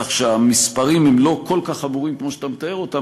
כך שהמספרים הם לא כל כך חמורים כמו שאתה מתאר אותם,